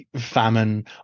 famine